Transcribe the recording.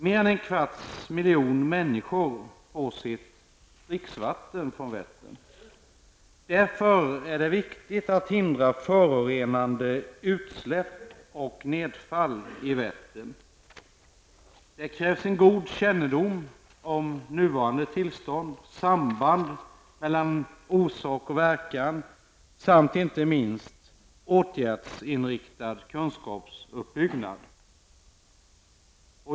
Mer än en kvarts miljon får sitt dricksvatten från Vättern. Därför är det viktigt att hindra förorenande utsläpp och nedfall i Vättern. Det krävs en god kännedom om nuvarande tillstånd, samband mellan orsak och verkan samt inte minst åtgärdsinriktad kunskapsuppbyggnad.